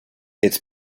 its